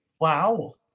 Wow